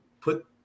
put